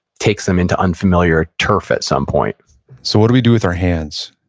takes them into unfamiliar turf at some point so, what do we do with our hands?